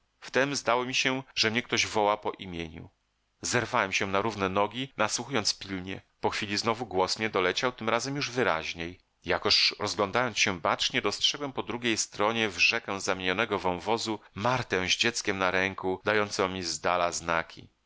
słońca wtem zdało mi się że mnie ktoś woła po imieniu zerwałem się na równe nogi nadsłuchując pilnie po chwili znowu głos mnie doleciał tym razem już wyraźniej jakoż rozglądając się bacznie dostrzegłem po drugiej stronie w rzekę zamienionego wąwozu martę z dzieckiem na ręku dającą mi zdala znaki